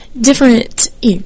different